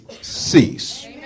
cease